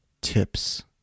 tips